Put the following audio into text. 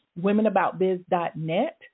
womenaboutbiz.net